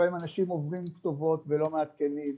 לפעמים אנשים עוברים כתובות ולא מעדכנים,